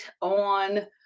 on